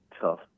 tough